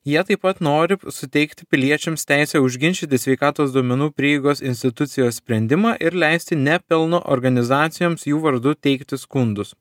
jie taip pat nori suteikti piliečiams teisę užginčyti sveikatos duomenų prieigos institucijos sprendimą ir leisti nepelno organizacijoms jų vardu teikti skundus